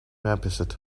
episode